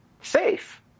safe